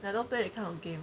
I don't play that kind of game